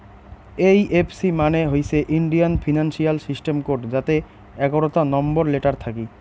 এই F C মানে হইসে ইন্ডিয়ান ফিনান্সিয়াল সিস্টেম কোড যাতে এগারোতা নম্বর এবং লেটার থাকি